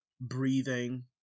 breathing